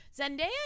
zendaya